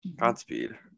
godspeed